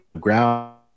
ground